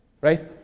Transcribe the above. Right